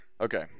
Okay